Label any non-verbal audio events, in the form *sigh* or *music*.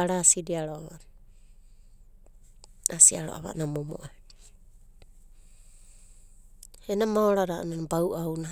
*noise* Arasidia ro'ava asia ro'ava a'ana asiaro'a a'ana momo'ai. Ena maorada a'ana bau'aunai,